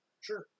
Sure